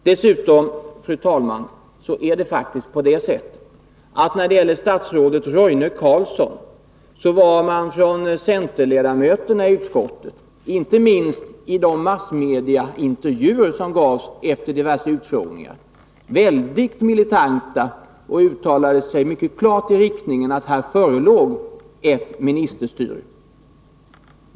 I fallet Roine Carlsson var dessutom, fru talman, de centerpartistiska ledamöterna av utskottet, inte minst i massmedieintervjuer som gavs efter diverse utfrågningar, väldigt militanta och uttalade mycket klart att det här förelåg ministerstyre.